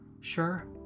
Sure